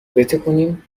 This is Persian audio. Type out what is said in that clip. بتکونیم